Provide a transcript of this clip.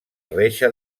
reixa